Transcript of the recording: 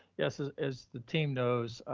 yes. ah as the team knows,